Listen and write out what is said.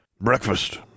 Breakfast